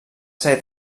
set